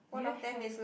do you have